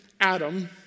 Adam